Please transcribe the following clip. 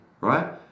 right